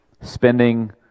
spending